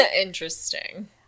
Interesting